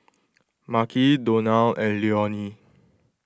Marques Donal and Leonie